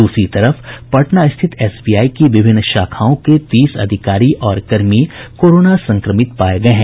दूसरी तरफ पटना स्थित एसबीआई की विभिन्न शाखाओं के तीस अधिकारी और कर्मी कोरोना संक्रमित पाये गये हैं